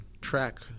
track